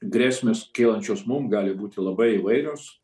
grėsmės kylančios mum gali būti labai įvairios